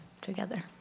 together